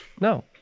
No